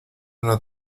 una